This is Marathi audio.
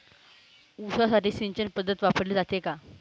ऊसासाठी सिंचन पद्धत वापरली जाते का?